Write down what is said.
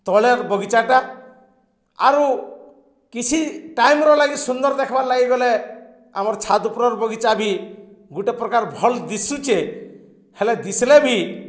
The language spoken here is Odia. ତଳେ ବଗିଚାଟା ଆରୁ କିଛି ଟାଇମ୍ର ଲାଗି ସୁନ୍ଦର ଦେଖ୍ବାର୍ ଲାଗି ବଲେ ଆମର ଛାଦ୍ ଉପର ବଗିଚା ବି ଗୁଟେ ପ୍ରକାର ଭଲ୍ ଦିଶୁଛେ ହେଲେ ଦିଶିଲେ ବି